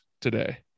today